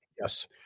yes